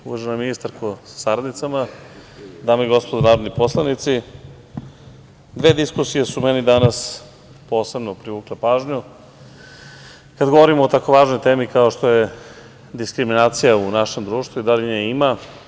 Uvažena ministarko sa saradnicama, dame i gospodo narodni poslanici, dve diskusije su meni danas posebno privukle pažnju kada govorimo o tako važnoj temi kao što je diskriminacija u našem društvu i da li nje ima.